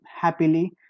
happily